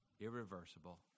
irreversible